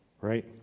Right